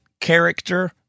character